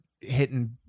hitting